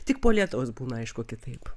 tik po lietaus būna aišku kitaip